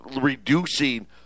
reducing